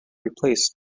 replaced